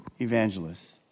evangelists